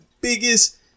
biggest